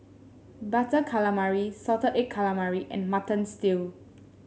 Butter Calamari Salted Egg Calamari and Mutton Stew